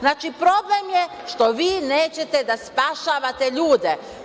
Znači problem je što vi nećete da spašavate ljude.